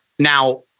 Now